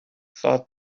thought